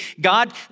God